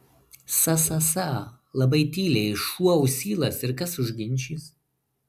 sa sa sa labai tyliai šuo ausylas ir kas užginčys